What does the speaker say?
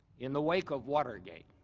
in the wake of watergate,